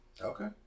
Okay